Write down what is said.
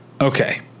okay